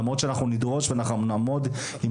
למרות שאנחנו נדרוש ואנחנו נעמוד עם